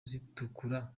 zitukura